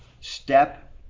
step